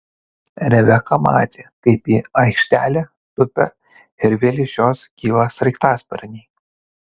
rebeka matė kaip į aikštelę tupia ir vėl iš jos kyla sraigtasparniai